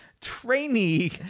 Trainee